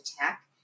tech